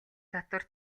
татвар